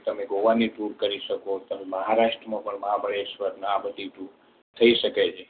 તમે ગોવાની ટુર કરી શકો તમે મહારાષ્ટ્રમાં પણ મહાબળેશ્વર ને આ બધી ટુર થઈ શકે છે